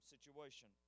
situation